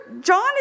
John